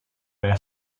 era